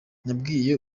nabwiye